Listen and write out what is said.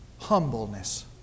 humbleness